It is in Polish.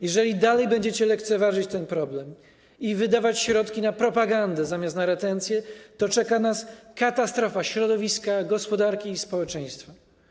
Jeżeli nadal będziecie lekceważyć ten problem i wydawać środki na propagandę zamiast na retencję, to czeka nas katastrofa środowiska, gospodarki i społeczeństwa.